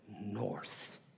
north